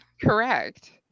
Correct